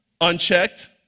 unchecked